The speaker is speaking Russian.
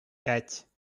пять